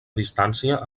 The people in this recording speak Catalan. distància